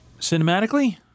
Cinematically